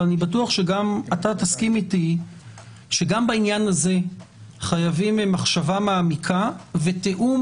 אבל אני בטוח שתסכים אתי שגם בעניין הזה חייבים מחשבה עמוקה ותיאום